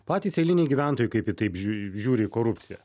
patys eiliniai gyventojai kaip į tai žiūri žiūri į korupciją